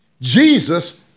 Jesus